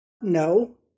No